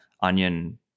onion